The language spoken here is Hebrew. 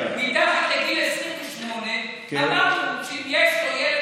מתחת לגיל 28 אמרנו שאם יש לו ילד אחד,